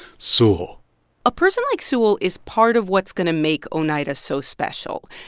sewell a person like sewell is part of what's going to make oneida so special.